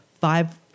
five